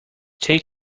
take